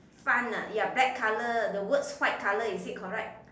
front ah ya black color the words white color is it correct